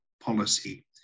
policy